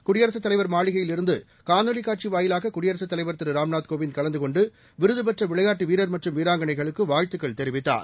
குடியரசுத் தலைவர் மாளிகையில் இருந்து காணொலிக் காட்சி வாயிலாக குடியரசுத் தலைவர் திரு ராம்நாத் கோவிந்த் கலந்து கொண்டு விருது பெற்ற விளையாட்டு வீரர் மற்றும் வீராங்கனைகளுக்கு வாழ்த்துக்கள் தெரிவித்தார்